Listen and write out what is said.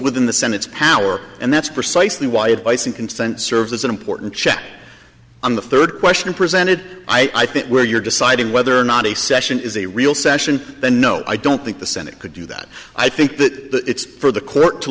within the senate's power and that's precisely why advice and consent serves as an important check on the third question presented i think where you're deciding whether or not a session is a real session then no i don't think the senate could do that i think that it's for the clerk to